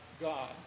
God